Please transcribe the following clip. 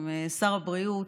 שר הבריאות,